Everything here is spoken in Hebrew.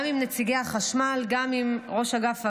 גם עם נציגי החשמל, גם עם ראש אגף אוויר,